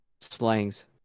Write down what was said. slangs